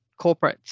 corporates